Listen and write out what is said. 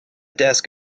desk